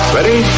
Ready